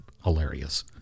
Hilarious